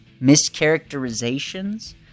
Mischaracterizations